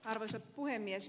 arvoisa puhemies